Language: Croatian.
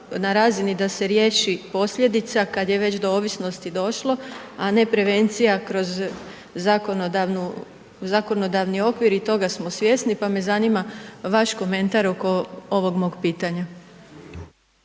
na razini da se riješi posljedica kad je već do ovisnosti došlo, a ne prevencija kroz zakonodavnu, zakonodavni okvir i toga smo svjesni, pa me zanima vaš komentar oko ovog mog pitanja.